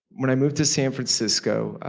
when i moved to san francisco,